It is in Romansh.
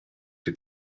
che